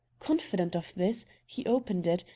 confident of this, he opened it,